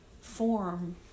form